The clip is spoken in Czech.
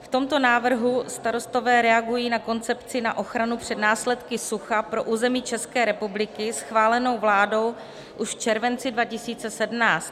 V tomto návrhu Starostové reagují na koncepci na ochranu před následky sucha pro území České republiky schválenou vládou už v červenci 2017.